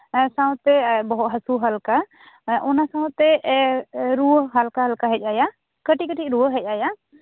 ᱮᱸᱜ ᱥᱟᱶᱛᱮ ᱵᱚᱦᱚᱜ ᱦᱟᱥᱩ ᱦᱟᱞᱠᱟ ᱮᱸᱜ ᱚᱱᱟ ᱥᱟᱶᱛᱮ ᱮᱸᱜ ᱨᱩᱣᱟᱹ ᱦᱟᱞᱠᱟᱼᱦᱟᱞᱠᱟ ᱦᱮᱡ ᱟᱭᱟ ᱠᱟ ᱴᱤᱡᱼᱟ ᱴᱤᱡ ᱨᱩᱣᱟᱹ ᱦᱮᱡ ᱟᱭᱟ